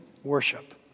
worship